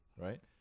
Right